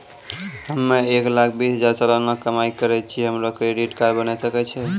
हम्मय एक लाख बीस हजार सलाना कमाई करे छियै, हमरो क्रेडिट कार्ड बने सकय छै?